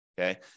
okay